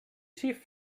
chief